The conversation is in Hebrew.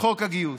חוק הגיוס.